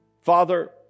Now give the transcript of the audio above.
Father